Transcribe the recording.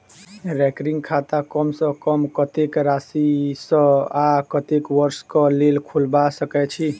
recurring खाता कम सँ कम कत्तेक राशि सऽ आ कत्तेक वर्ष कऽ लेल खोलबा सकय छी